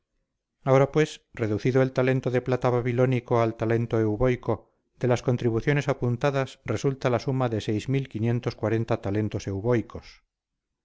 ahora pues reducido el talento de plata babilónico al talento euboico de las contribuciones apuntadas resulta la suma de talentos euboicos